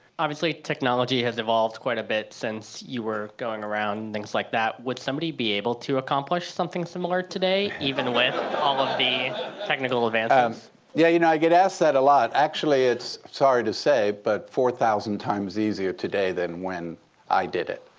obviously, technology has evolved quite a bit since you were going around, things like that. would somebody be able to accomplish something similar today, even with all of the technical advances? frank abagnale yeah, you know, i get asked that a lot. actually, it's, sorry to say, but four thousand times easier today than when i did it.